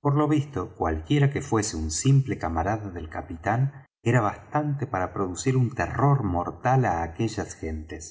por lo visto cualquiera que fuese un simple camarada del capitán era bastante para producir un terror mortal á aquellas gentes